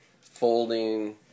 folding